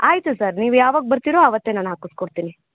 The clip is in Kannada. ಆಯಿತು ಸರ್ ನೀವು ಯಾವಾಗ ಬರ್ತೀರೋ ಅವತ್ತೇ ನಾನು ಹಾಕಿಸ್ಕೊಡ್ತೀನಿ